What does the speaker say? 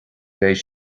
bheidh